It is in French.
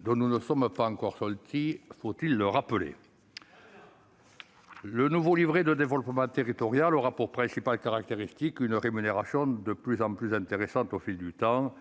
dont nous ne sommes pas encore sortis- faut-il le rappeler ? Très bien ! Le nouveau livret de développement territorial aura pour principale caractéristique d'offrir une rémunération de plus en plus intéressante au fil du temps,